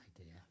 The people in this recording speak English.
idea